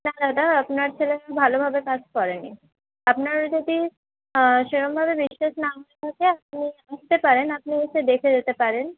না দাদা আপনার ছেলেরা ভালোভাবে কাজ করেনি আপনারা যদি সেরমভাবে বিশ্বাস না হয়ে থাকে আপনি আসতে পারেন আপনি এসে দেখে যেতে পরেন